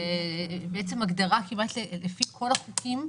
זו בעצם הגדרה כמעט לפי כל החוקים.